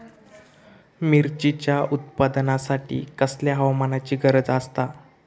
मिरचीच्या उत्पादनासाठी कसल्या हवामानाची गरज आसता?